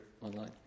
online